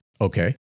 Okay